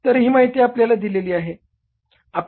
तर ही माहिती आपल्याला दिलेली आहे